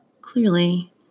clearly